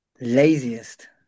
laziest